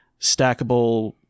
stackable